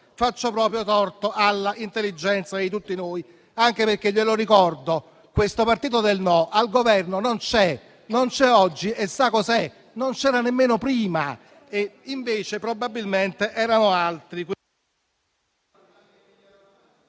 faccia torto all'intelligenza di tutti noi. Anche perché - glielo ricordo - questo partito del «no» al Governo non c'è, non c'è oggi e sa cos'è? Non c'era nemmeno prima e invece probabilmente erano altri...